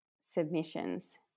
submissions